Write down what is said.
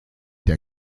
der